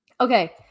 okay